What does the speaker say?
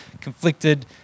conflicted